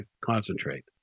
concentrate